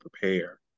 prepare